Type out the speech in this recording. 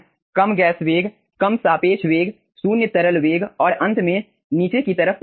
कम gas वेग कम सापेक्ष वेग शून्य तरल वेग और अंत में नीचे की तरफ तरल वेग